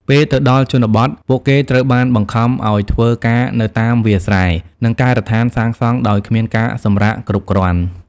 ពេលទៅដល់ជនបទ ពួកគេត្រូវបានបង្ខំឲ្យធ្វើការនៅតាមវាលស្រែ និងការដ្ឋានសាងសង់ដោយគ្មានការសម្រាកគ្រប់គ្រាន់។